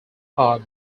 heart